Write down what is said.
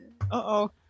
Uh-oh